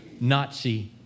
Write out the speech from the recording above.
Nazi